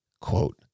Quote